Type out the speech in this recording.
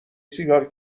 سیگار